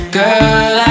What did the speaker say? girl